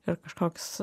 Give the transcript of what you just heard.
ir kažkoks